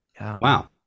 wow